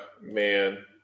man